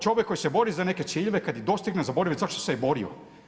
Čovjek koji se bori za neke ciljeve, kad ih dostigne zaboravi zašto se je borio.